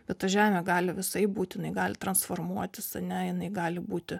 bet ta žemė gali visaip būt jinai gali transformuotis ane jinai gali būti